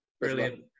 Brilliant